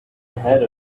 ahead